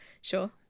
sure